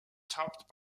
topped